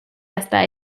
hasta